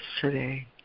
today